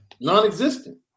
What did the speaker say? non-existent